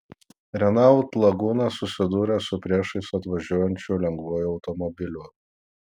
renault laguna susidūrė su priešais atvažiuojančiu lengvuoju automobiliu